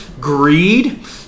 greed